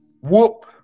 whoop